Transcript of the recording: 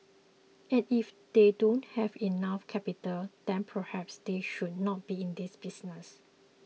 and if they don't have enough capital then perhaps they should not be in this business